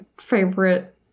favorite